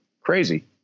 crazy